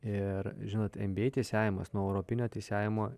ir žinot nba teisėjavimas nuo europinio teisėjavimo